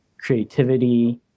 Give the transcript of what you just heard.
creativity